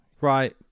Right